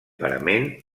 parament